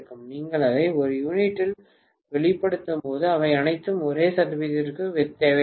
நீங்கள் அதை ஒரு யூனிட்டில் வெளிப்படுத்தும்போது அவை அனைத்தும் ஒரே சதவீதத்திற்கு வேகவைக்கப்படும்